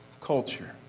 culture